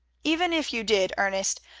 even if you did, ernest,